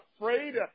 afraid